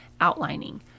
outlining